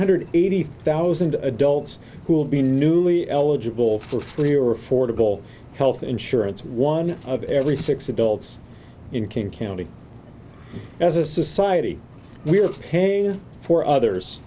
hundred eighty thousand adults who will be newly eligible for free or affordable health insurance one of every six adults in king county as a society we are paying for others